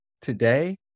Today